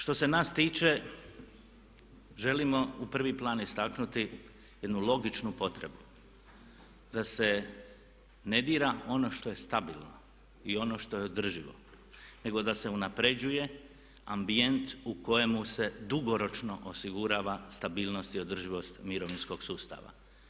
Što se nas tiče želimo u prvi plan istaknuti jednu logičnu potrebu da se ne dira ono što je stabilno i ono što je održivo nego da se unaprjeđuje ambijent u kojemu se dugoročno osigurava stabilnost i održivost mirovinskog sustava.